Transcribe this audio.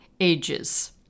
Ages